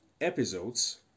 episodes